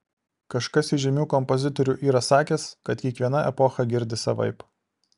kažkas iš žymių kompozitorių yra sakęs kad kiekviena epocha girdi savaip